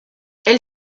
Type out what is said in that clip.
elle